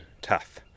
tough